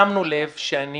שמנו לב כשאני